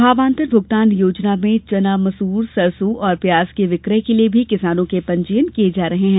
भावांतर भूगतान योजना में चना मसूर सरसों और प्याज के विक्रय के लिए भी किसानों के पंजीयन किये जा रहे है